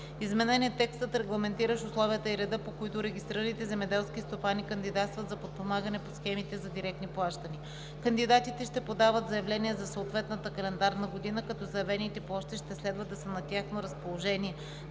Изменен е текстът, регламентиращ условията и реда, по които регистрираните земеделски стопани кандидатстват за подпомагане по схемите за директни плащания. Кандидатите ще подават заявление за съответната календарна година, като заявените площи ще следва да са на тяхно разположение,